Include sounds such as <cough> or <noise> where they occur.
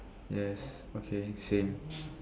yes okay same <noise>